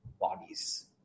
bodies